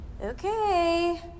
Okay